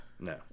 No